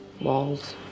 walls